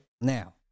Now